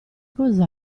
cosa